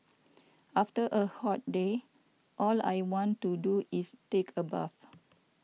after a hot day all I want to do is take a bath